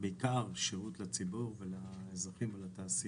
שירות לציבור ולאזרחים ולתעשייה.